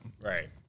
right